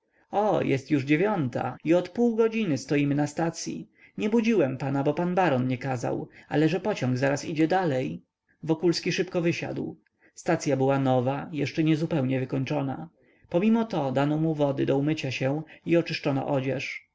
o już jest dziewiąta i od półgodziny stoimy na stacyi nie budziłem pana bo pan baron nie kazał ale że pociąg zaraz idzie dalej wokulski szybko wysiadł stacya była nowa jeszcze niezupełnie wykończona pomimo to dano mu wody do umycia się i oczyszczono odzież